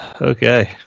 Okay